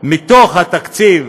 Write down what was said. מהתקציב